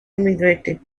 immigrated